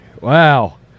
Wow